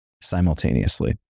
simultaneously